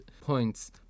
points